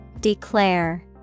Declare